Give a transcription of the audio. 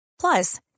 Plus